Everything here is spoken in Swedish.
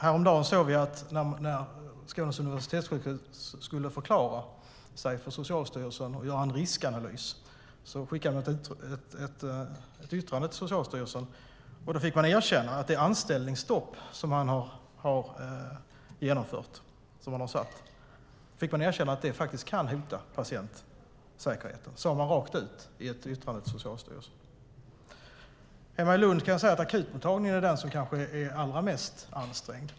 Häromdagen såg vi att när Skånes universitetssjukhus skulle förklara sig för Socialstyrelsen och göra en riskanalys så skickade man ett yttrande till Socialstyrelsen, där man fick man erkänna att det anställningsstopp som man har genomfört faktiskt kan hota patientsäkerheten. Detta sade man rakt ut i ett yttrande till Socialstyrelsen. Hemma i Lund är kanske akutmottagningen allra mest ansträngd.